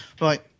Right